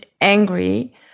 angry